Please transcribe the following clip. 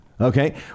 okay